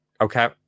Okay